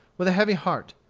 with a heavy heart.